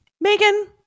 Megan